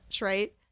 right